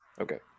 Okay